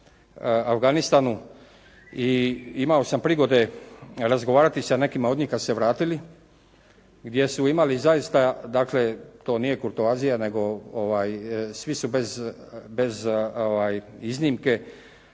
Afganistanu i imao sam prigode razgovarati sa nekima od njih kad su se vratili, gdje su imali zaista, dakle to nije kurtoazija nego svi su bez iznimke